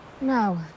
No